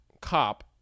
cop